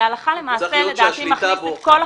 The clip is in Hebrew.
זה הלכה למעשה לדעתי מכניס את כל החברות.